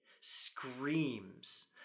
screams